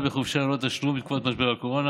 בחופשה ללא תשלום בתקופת משבר הקורונה),